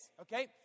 okay